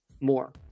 more